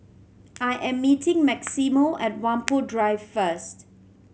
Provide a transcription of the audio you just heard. I am meeting Maximo at Whampoa Drive first